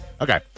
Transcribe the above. Okay